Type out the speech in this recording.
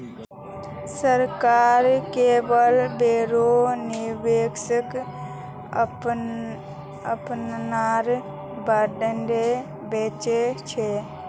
सरकार केवल बोरो निवेशक अपनार बॉन्ड बेच छेक